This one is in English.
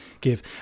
give